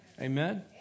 Amen